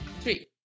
three